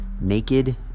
Naked